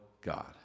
God